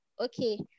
Okay